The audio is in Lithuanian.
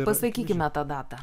pasakykime tą datą